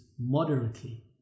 moderately